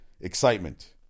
Excitement